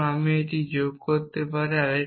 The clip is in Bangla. এবং আমি একটি যোগ করতে পারি